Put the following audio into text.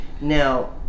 Now